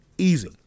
easy